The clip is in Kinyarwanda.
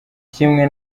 kimwe